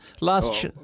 Last